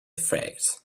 effect